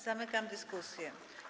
Zamykam dyskusję.